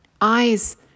eyes